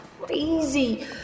crazy